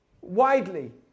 widely